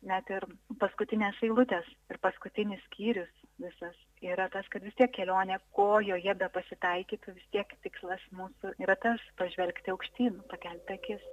net ir paskutinės eilutės ir paskutinis skyrius visas yra tas kad vis tiek kelionė ko joje bepasitaikytų tiek tikslas mūsų yra tas pažvelgti aukštyn pakelti akis